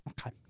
Okay